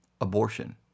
abortion